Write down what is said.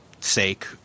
sake